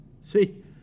see